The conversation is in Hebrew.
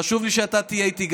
חשוב לי שגם אתה תהיה איתי.